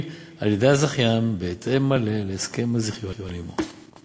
על-ידי הזכיין בהתאם מלא להסכם הזיכיון עמו.